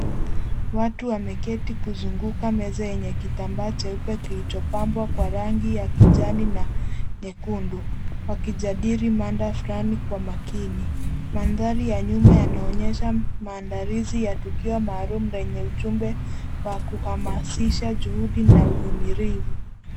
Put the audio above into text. Watu wameketi kuzunguka meza yenye kitambaa cheupe kilichopambwa kwa rangi ya kijani na nyekundu wakijadili mada fulani kwa makini. Mandhari ya nyuma yanaonyesha maandalizi ya tukio maalum lenye ujumbe wa kuhamasisha juhudi na uvumilivu.